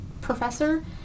professor